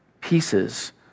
pieces